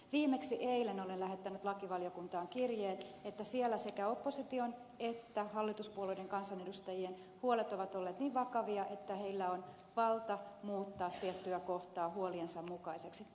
viimeksi eilen olen lähettänyt lakivaliokuntaan kirjeen että siellä sekä opposition että hallituspuolueiden kansanedustajien huolet ovat olleet niin vakavia että heillä on valta muuttaa tiettyä kohtaa huoliensa mukaiseksi